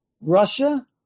Russia